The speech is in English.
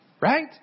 right